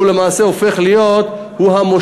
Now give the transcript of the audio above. הוא למעשה הופך להיות המושל.